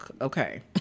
okay